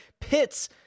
pits